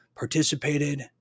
Participated